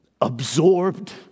absorbed